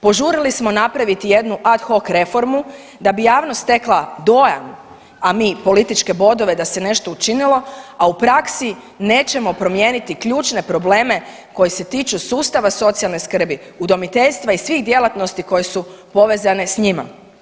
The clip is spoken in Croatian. Požurili smo napraviti jednu ad hoc reformu da bi javnost stekla dojam, a mi političke bodove da se nešto učinilo, a u praksi nećemo promijeniti ključne probleme koji se tiču sustava socijalne skrbi, udomiteljstva i svih djelatnosti koje su povezane sa njima.